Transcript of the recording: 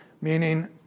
meaning